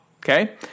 Okay